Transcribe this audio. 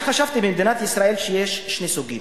אני חשבתי שבמדינת ישראל יש שני סוגים: